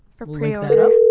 for preorder.